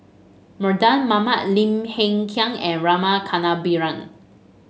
Mardan Mamat Lim Hng Kiang and Rama Kannabiran